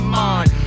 mind